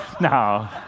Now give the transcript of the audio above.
No